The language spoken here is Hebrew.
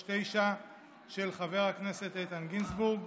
פ/2139/24, של חבר הכנסת איתן גינזבורג.